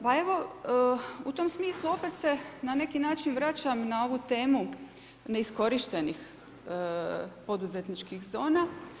Pa evo, u tom smislu opet se na neki način vraćam na ovu temu neiskorištenih poduzetničkih zona.